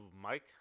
Mike